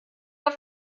auf